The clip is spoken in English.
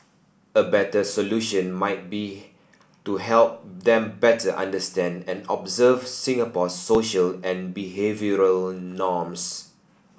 a better solution might be to help them better understand and observe Singapore's social and behavioural norms